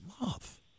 love